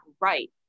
right